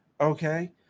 Okay